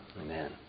Amen